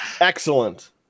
Excellent